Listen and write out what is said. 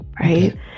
Right